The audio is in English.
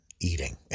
eating